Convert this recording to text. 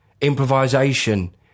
improvisation